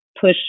push